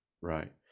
right